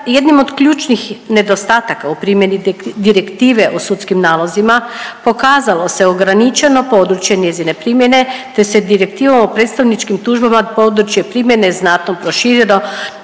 jednim od ključnih nedostataka u primjeni Direktive o sudskim nalozima pokazalo se ograničeno područje njezine primjene, te se Direktivom o predstavničkim tužbama područje primjene znatno proširilo,